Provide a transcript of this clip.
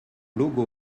logo